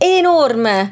enorme